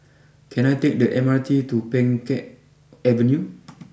can I take the M R T to Pheng Geck Avenue